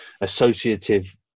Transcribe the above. associative